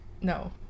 No